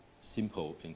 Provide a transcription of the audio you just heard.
simple